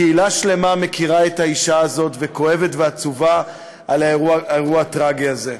קהילה שלמה מכירה את האישה הזאת וכואבת ועצובה על האירוע הטרגי הזה.